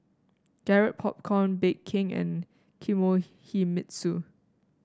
Garrett Popcorn Bake King and Kinohimitsu